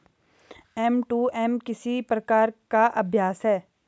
M to M किस प्रकार का अभ्यास है?